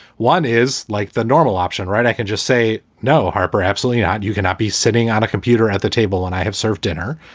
one is like the normal option, right? i can just say no. harper absolutely not. you cannot be sitting on a computer at the table. and i have served dinner.